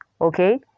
okay